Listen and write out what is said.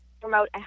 promote